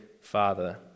father